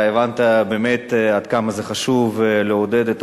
אתה הבנת באמת עד כמה זה חשוב לעודד את